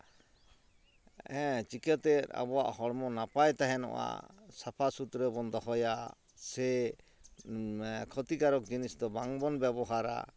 ᱪᱤᱠᱟᱹᱛᱮ ᱟᱵᱚᱣᱟᱜ ᱦᱚᱲᱢᱚ ᱱᱟᱯᱟᱭ ᱛᱟᱦᱮᱱᱚᱜᱼᱟ ᱥᱟᱯᱟᱼᱥᱩᱛᱨᱟᱹ ᱵᱚᱱ ᱫᱚᱦᱚᱭᱟ ᱥᱮ ᱠᱷᱚᱛᱤᱠᱟᱨᱚᱠ ᱡᱤᱱᱤᱥ ᱫᱚ ᱵᱟᱝᱵᱚᱱ ᱵᱮᱵᱚᱦᱟᱨᱟ